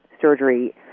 surgery